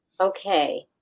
Okay